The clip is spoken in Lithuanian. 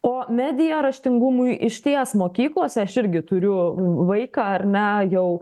o medija raštingumui išties mokyklose aš irgi turiu vaiką ar ne jau